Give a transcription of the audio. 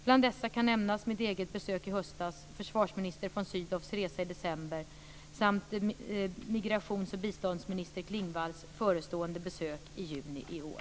Bland dessa kan nämnas mitt eget besök i höstas, försvarsminister von Sydows resa i december samt migrations och biståndsminister Klingvalls förestående besök i juni i år.